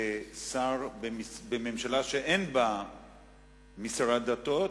כשר בממשלה שאין בה משרד דתות,